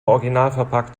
originalverpackt